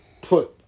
put